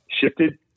shifted